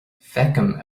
feicim